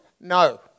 No